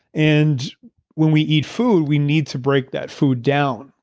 and when we eat food, we need to break that food down.